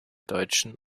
deutschen